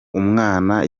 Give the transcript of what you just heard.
umwana